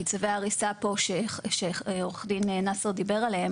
כי צווי ההריסה שעו"ד נאצר דיבר עליהם